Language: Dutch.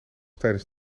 tijdens